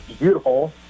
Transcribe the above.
beautiful